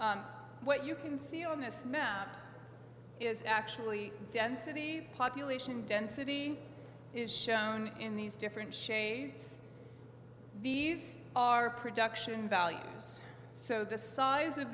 what you can see on this map is actually density population density is shown in these different shades these are production values so the size of